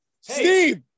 Steve